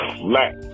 flat